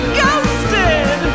ghosted